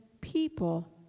people